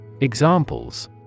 Examples